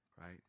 Right